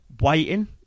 waiting